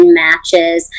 matches